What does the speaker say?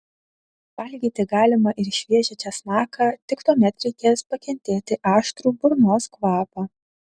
valgyti galima ir šviežią česnaką tik tuomet reikės pakentėti aštrų burnos kvapą